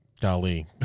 Golly